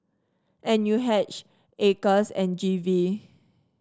N U H Acres and G V